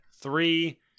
three